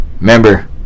remember